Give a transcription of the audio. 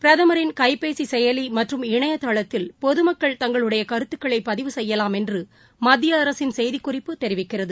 பிரதமின் கைபேசி செயலி மற்றும் இணையதளத்தில் பொதுமக்கள் தங்களுடைய கருத்துகளை பதிவு செய்யலாம் என்று மத்திய அரசின் செய்திக் குறிப்பு தெரிவிக்கிறது